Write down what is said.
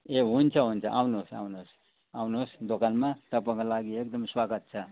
ए हुन्छ हुन्छ आउनुहोस् आउनुहोस् आउनुहोस् दोकानमा तपाईँको लागि एकदम स्वागत छ